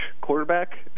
quarterback